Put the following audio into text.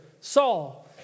Saul